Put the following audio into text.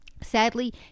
sadly